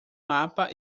mapa